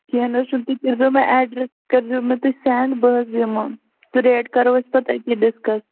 کیٚنٛہہ نہٕ حظ چھُنہٕ تُہۍ کٔرۍ زیٚو مےٚ ایڈرَس کٔرۍ زیٚو مےٚ تُہۍ سٮ۪نٛڈ بہٕ حظ یِمو تہٕ ریٹ کَرو أسۍ پَتہٕ أتی ڈِسکَس